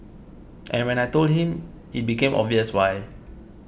and when I told him it became obvious why